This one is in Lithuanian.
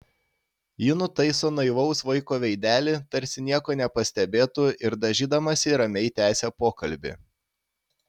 ji nutaiso naivaus vaiko veidelį tarsi nieko nepastebėtų ir dažydamasi ramiai tęsia pokalbį